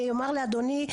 אני אומר לאדוני,